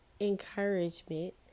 encouragement